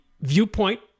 viewpoint